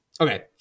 Okay